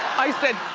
i said,